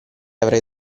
avrei